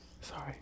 Sorry